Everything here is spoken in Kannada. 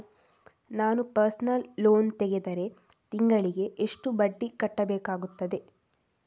ನಾನು ಪರ್ಸನಲ್ ಲೋನ್ ತೆಗೆದರೆ ತಿಂಗಳಿಗೆ ಎಷ್ಟು ಬಡ್ಡಿ ಕಟ್ಟಬೇಕಾಗುತ್ತದೆ?